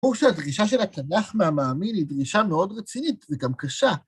הוא שהדרישה של התנ"ך מהמאמין היא דרישה מאוד רצינית וגם קשה.